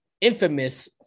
infamous